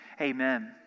amen